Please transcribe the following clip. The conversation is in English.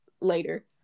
later